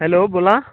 hello बोला